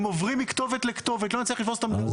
הם עוברים מכתובת לכתובת ולא מצליחים לתפוס אותם.